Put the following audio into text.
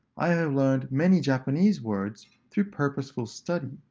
i have learned many japanese words through purposeful study,